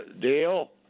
deal